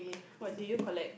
what do you collect